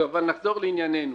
נחזור לענייננו.